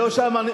לא שם.